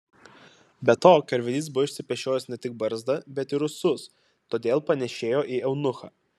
be to karvedys buvo išsipešiojęs ne tik barzdą bet ir ūsus todėl panėšėjo į eunuchą